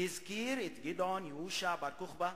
הוא הזכיר את גדעון, יהושע, בר-כוכבא,